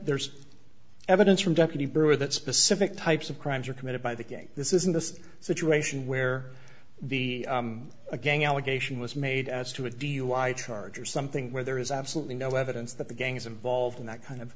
there's evidence from deputy brewer that specific types of crimes are committed by the gang this isn't the situation where the a gang allegation was made as to a dui charge or something where there is absolutely no evidence that the gangs involved in that kind of